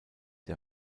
der